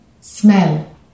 smell